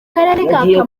karere